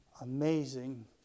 amazing